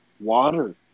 water